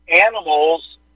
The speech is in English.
animals